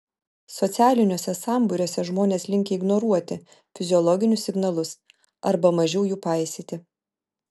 socialiniuose sambūriuose žmonės linkę ignoruoti fiziologinius signalus arba mažiau jų paisyti